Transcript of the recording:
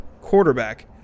quarterback